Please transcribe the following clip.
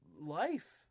life